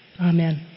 Amen